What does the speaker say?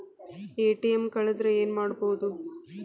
ATM ಕಳದ್ರ ಏನು ಮಾಡೋದು?